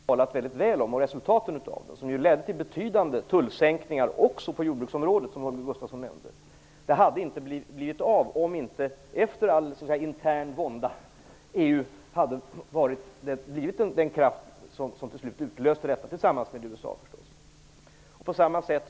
Fru talman! Å ena sidan finns här en kluvenhet. Å andra sidan finns det återhållande och restriktiva inslag i EU:s politik. Men när EU väl samlar sig är det en väldig kraft. Den GATT-runda som de flesta talat väldigt väl om, liksom resultaten av den, och som ledde till betydande tullsänkningar också på jordbruksområdet, som Holger Gustafsson nämnde, hade inte blivit av om inte EU efter all intern vånda hade blivit den kraft som till slut utlöste detta, tillsammans med USA förstås.